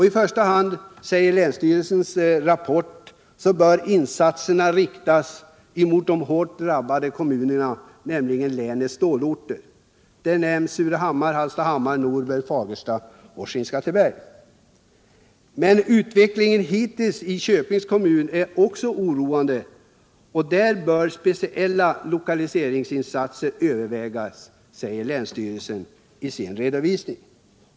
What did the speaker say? I första hand bör insatserna riktas mot länets stålorter: Hallstahammar, Surahammar, Norberg, Fagersta och Skinnskatteberg. Utvecklingen hittills i Köpings kommun är också oroande, och där bör speciella lokaliseringsinsatser övervägas, anser länsstyrelsen i sin redovisning.